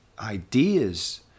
ideas